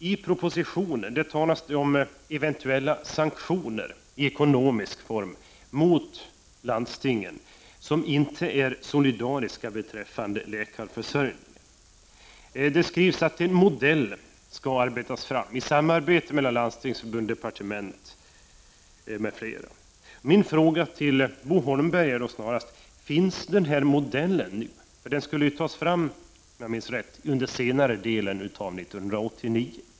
I propositionen talas det om eventuella sanktioner — i ekonomisk form — mot landsting som inte är solidariska beträffande läkarförsörjningen. Det skrivs att en modell skall arbetas fram i samarbete mellan Landstingsförbundet, departement m.fl. Min fråga till Bo Holmberg är därför: Finns denna modell? Den skulle ju tas fram under senare delen av 1989.